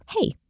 hey